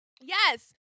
Yes